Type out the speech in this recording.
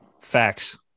Facts